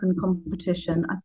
competition